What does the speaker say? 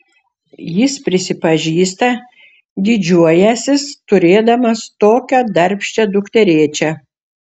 jis prisipažįsta didžiuojąsis turėdamas tokią darbščią dukterėčią